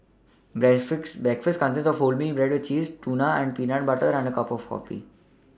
breakfast breakfast consists of wholemeal bread with cheese tuna and peanut butter and a cup of coffee